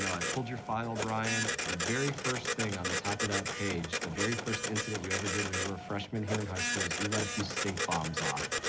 i pulled your file, brian. the very first thing on the top of that page, the very first incident you ever did when you were a freshman here in high school is you let a few stink bombs off.